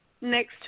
Next